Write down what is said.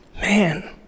Man